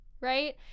Right